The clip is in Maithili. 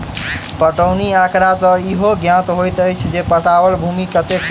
पटौनी आँकड़ा सॅ इहो ज्ञात होइत अछि जे पटाओल भूमि कतेक अछि